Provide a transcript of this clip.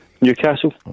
Newcastle